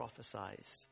prophesize